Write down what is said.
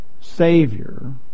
Savior